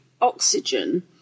oxygen